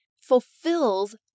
fulfills